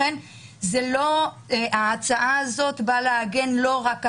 לכן ההצעה הזאת באה להגן לא רק